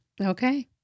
Okay